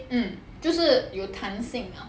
mm 就是有弹性啊